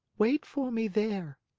wait for me there.